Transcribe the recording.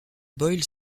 boyle